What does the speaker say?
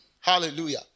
Hallelujah